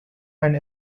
and